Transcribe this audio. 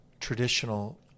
traditional